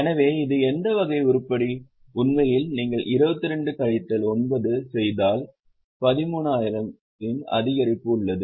எனவே இது எந்த வகை உருப்படி உண்மையில் நீங்கள் 22 கழித்தல் 9 செய்தால் 13000 இன் அதிகரிப்பு உள்ளது